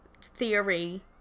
theory